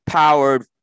Powered